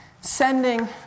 sending